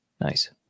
Nice